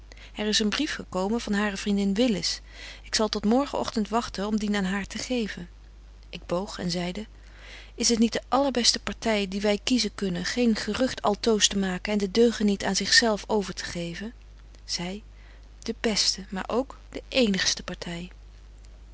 er is een brief gekomen van hare vriendin willis ik zal tot morgen ogtend wagten om dien aan haar te geven ik boog en zeide is het niet de allerbeste party die wy kiezen kunnen geen gerugt altoos te maken en den deugeniet aan zich zelf over te geven zy de beste maar ook de eenigste party